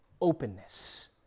openness